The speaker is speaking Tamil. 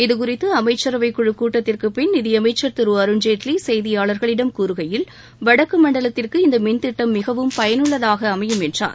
இது குறித்து அமைச்சரவை குழு கூட்டத்திற்கு பின் நிதியமைச்சர் திரு அருண்ஜேட்லி செய்தியாளர்களிடம் கூறுகையில் வடக்கு மண்டலத்திற்கு இந்த மின் திட்டம் மிகவும் பயனுள்ளதாக அமையும் என்றார்